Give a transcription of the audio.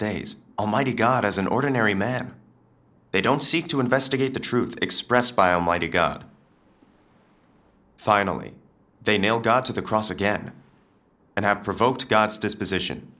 days almighty god as an ordinary man they don't seek to investigate the truth expressed by almighty god finally they nail gods of the cross again and have provoked god's disposition